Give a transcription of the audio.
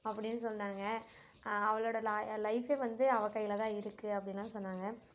அப்படின்னு சொன்னாங்கள் அவளோடய ல லைஃபே வந்து அவள் கையில் தான் இருக்குது அப்படின்லாம் சொன்னாங்கள்